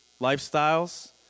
lifestyles